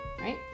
Right